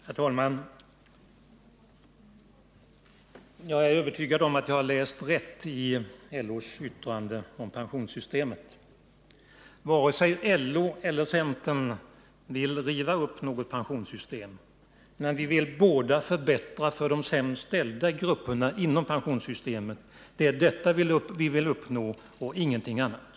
Herr talman! Jag är övertygad om att jag har läst rätt i LO:s yttrande om pensionssystemet. Varken LO eller centern vill riva upp något pensionssystem, men vi vill båda ge de sämst ställda grupperna förbättringar inom pensionssystemet. Det är detta vi vill uppnå och ingenting annat.